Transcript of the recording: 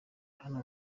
hano